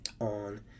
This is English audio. on